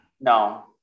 No